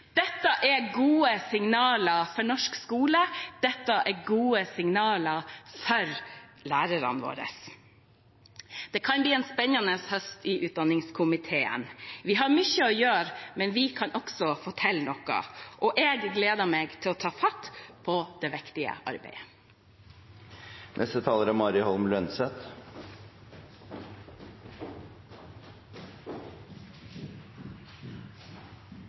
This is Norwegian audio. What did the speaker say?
Dette er gode signaler for norsk skole og gode signaler for lærerne våre. Det kan bli en spennende høst i utdanningskomiteen. Vi har mye å gjøre, men vi kan også få til noe. Jeg gleder meg til å ta fatt på det viktige arbeidet.